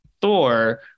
Thor